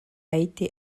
été